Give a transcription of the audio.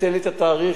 את השעה,